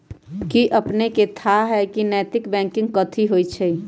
कि अपनेकेँ थाह हय नैतिक बैंकिंग कथि होइ छइ?